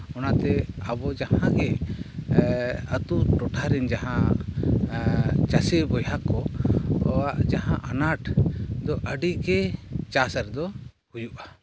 ᱚᱱᱟᱛᱮ ᱟᱵᱚ ᱡᱟᱦᱟᱸᱜᱮ ᱟᱹᱛᱩ ᱴᱚᱴᱷᱟ ᱨᱮᱱ ᱡᱟᱦᱟᱸ ᱪᱟᱹᱥᱤ ᱵᱚᱭᱦᱟ ᱠᱚ ᱟᱠᱚᱣᱟᱜ ᱡᱟᱦᱟᱸ ᱟᱱᱟᱴ ᱫᱚ ᱟᱹᱰᱤᱜᱮ ᱪᱟᱥ ᱨᱮᱫᱚ ᱦᱩᱭᱩᱜᱼᱟ